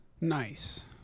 Nice